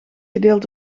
gedeeld